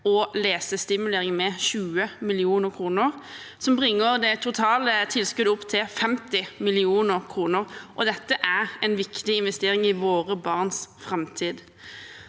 og lesestimulering med 20 mill. kr, som bringer det totale tilskuddet opp til 50 mill. kr. Dette er en viktig investering i våre barns framtid.